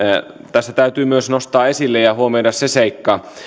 tässä täytyy myös nostaa esille ja huomioida se seikka